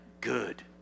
good